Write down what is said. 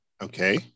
okay